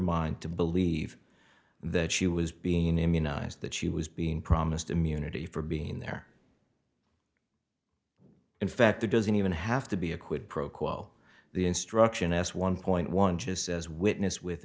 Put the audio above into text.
mind to believe that she was being immunized that she was being promised immunity for being there in fact that doesn't even have to be a quid pro quo the instruction s one point one just as witness with